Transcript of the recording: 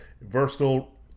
versatile